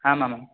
आमामाम्